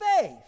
faith